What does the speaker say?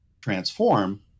transform